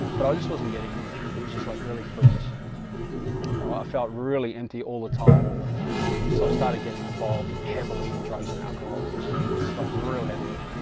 but i just, wasn't getting anywhere it was just like really fruitless you know i felt really, empty all the time so i started getting involved heavily in drugs and alcohol just just like real heavily